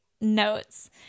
notes